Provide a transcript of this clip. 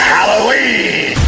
Halloween